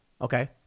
okay